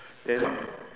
then